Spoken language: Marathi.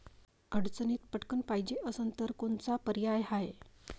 अडचणीत पटकण पायजे असन तर कोनचा पर्याय हाय?